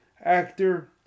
actor